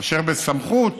אשר בסמכות,